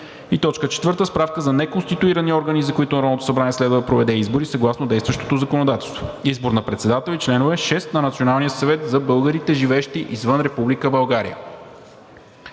4. Справка за неконституирани органи, за които Народното събрание следва да проведе избори съгласно действащото законодателство – избор на председател и шестима членове на Националния съвет за българите, живеещи извън Република България.